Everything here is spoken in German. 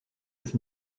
ist